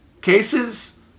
cases